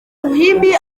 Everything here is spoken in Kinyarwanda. ruhimbi